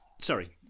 Sorry